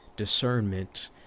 discernment